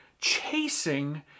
chasing